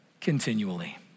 continually